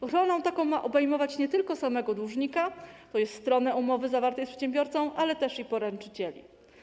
Ochroną taką ma obejmować nie tylko samego dłużnika, to jest strony umowy zawartej z przedsiębiorcą, ale też i poręczycieli.